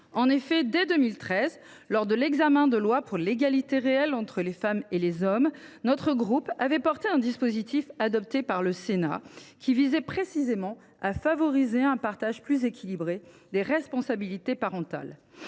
En effet, dès 2014, lors de l’examen de la loi pour l’égalité réelle entre les femmes et les hommes, notre groupe avait défendu un dispositif, adopté par le Sénat, qui tendait précisément à favoriser un partage plus équilibré des responsabilités parentales.